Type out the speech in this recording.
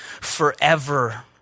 forever